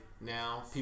now